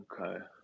Okay